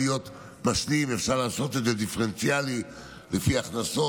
אפשר לעשות את זה דיפרנציאלי לפי הכנסות